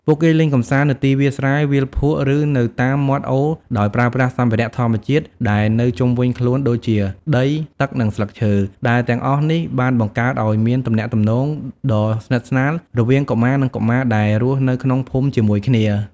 ពួកគេលេងកម្សាន្តនៅទីវាលស្រែ វាលភក់ ឬនៅតាមមាត់អូរដោយប្រើប្រាស់សម្ភារៈធម្មជាតិដែលនៅជុំវិញខ្លួនដូចជាដី ទឹក និងស្លឹកឈើ ដែលទាំងអស់នេះបានបង្កើតឱ្យមានទំនាក់ទំនងដ៏ស្និទ្ធស្នាលរវាងកុមារនិងកុមារដែលរស់នៅក្នុងភូមិជាមួយគ្នា។